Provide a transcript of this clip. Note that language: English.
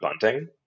bunting